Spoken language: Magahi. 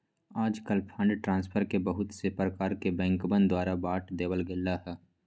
आजकल फंड ट्रांस्फर के बहुत से प्रकार में बैंकवन द्वारा बांट देवल गैले है